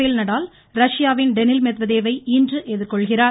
பேல் நடால் ரஷ்யாவின் டேனில் மெட்வடேவை இன்று எதிர்கொள்கிறார்